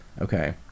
Okay